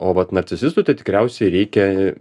o vat narcisistui tai tikriausiai reikia